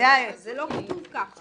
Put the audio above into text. זה לא כתוב כך.